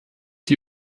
die